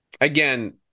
Again